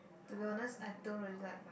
to be honest I don't really like